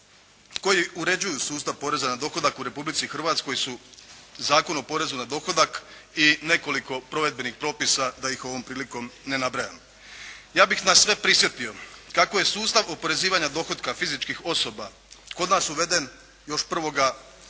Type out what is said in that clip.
koji uređuju sustav poreza na dohodak u Republici Hrvatskoj su Zakon o porezu na dohodak i nekoliko provedbenih propisa da ih ovom prilikom ne nabrajam. Ja bih nas sve prisjetio kako je sustav oporezivanja dohotka fizičkih osoba kod nas uveden još 1. siječnja